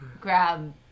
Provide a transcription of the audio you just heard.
grab